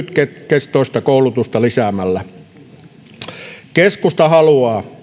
lyhytkestoista koulutusta lisätään keskusta haluaa